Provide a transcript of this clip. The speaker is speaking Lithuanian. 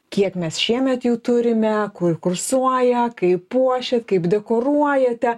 kiek mes šiemet jų turime kur kursuoja kaip puošiat kaip dekoruojate